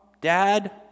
dad